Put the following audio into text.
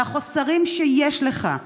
מהחוסרים שיש לך,